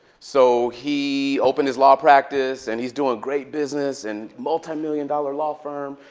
so he opened his law practice. and he's doing great business and multimillion dollar law firm.